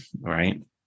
right